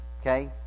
okay